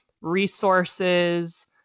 resources